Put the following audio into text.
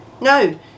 No